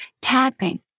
tapping